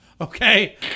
okay